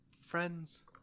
friends